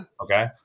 Okay